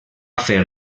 fer